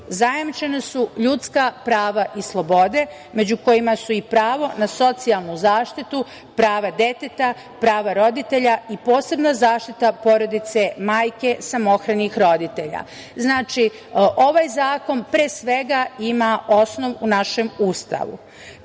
zajamčena su ljudska prava i slobode, među kojima su i pravo na socijalnu zaštitu, prava deteta, prava roditelja i posebno zaštita porodice, majke, samohranih roditelja. Znači, ovaj zakon pre svega ima osnov u našem